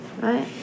right